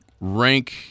rank